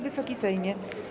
Wysoki Sejmie!